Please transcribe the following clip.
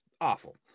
awful